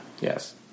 Yes